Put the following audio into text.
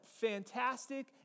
fantastic